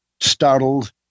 startled